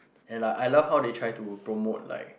and like I love how they try to promote like